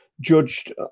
judged